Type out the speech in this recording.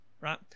right